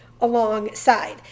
alongside